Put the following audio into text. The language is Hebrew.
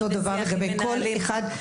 אותו דבר לגבי כל אחד.